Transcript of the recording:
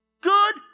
Good